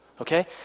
okay